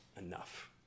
enough